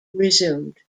resumed